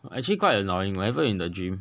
well actually quite annoying whenever in the dream